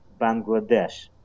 Bangladesh